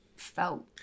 felt